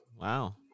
Wow